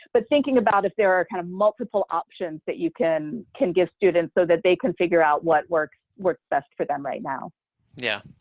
but thinking about if there are kind of multiple options that you can can give students so that they can figure out what works works best for them right now. mike yeah.